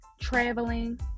traveling